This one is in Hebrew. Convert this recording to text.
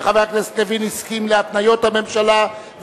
וחבר הכנסת לוין הסכים להתניות הממשלה,